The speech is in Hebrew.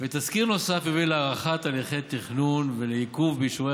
ותסקיר נוסף יוביל להארכת הליכי התכנון ולעיכוב באישורי